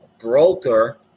broker